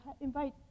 invite